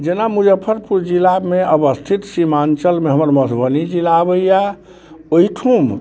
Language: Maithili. जेना मुजफ्फरपुर जिलामे अवस्थित सीमाञ्चलमे हमर मधुबनी जिला आबैय ओइठमा